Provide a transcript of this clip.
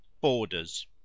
Borders